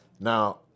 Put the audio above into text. Now